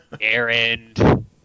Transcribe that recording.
errand